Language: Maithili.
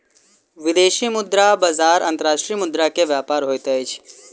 विदेशी मुद्रा बजार अंतर्राष्ट्रीय मुद्रा के व्यापार होइत अछि